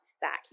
back